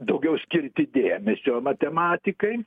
daugiau skirti dėmesio matematikai